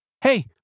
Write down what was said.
Hey